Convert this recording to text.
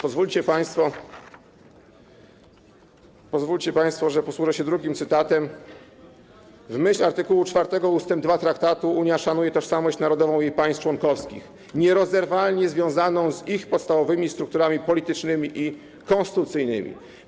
Pozwólcie państwo, że posłużę się drugim cytatem: W myśl art. 4 ust. 2 traktatu Unia szanuje tożsamość narodową jej państw członkowskich, nierozerwalnie związaną z ich podstawowymi strukturami politycznymi i konstytucyjnymi.